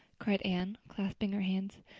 cried anne, clasping her hands,